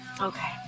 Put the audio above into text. Okay